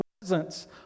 presence